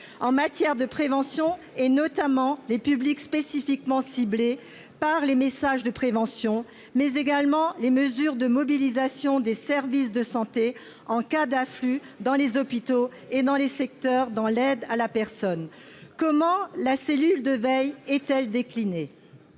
qui concerne la prévention, notamment les publics spécifiquement ciblés par les messages de prévention, ainsi que les mesures de mobilisation prévues pour les services de santé en cas d'afflux dans les hôpitaux et dans le secteur des services à la personne ? Comment la cellule de veille est-elle déclinée ?